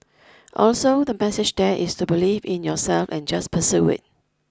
also the message there is to believe in yourself and just pursue it